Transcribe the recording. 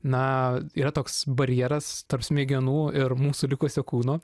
na yra toks barjeras tarp smegenų ir mūsų likusio kūno